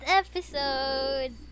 episode